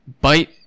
bite